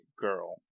girl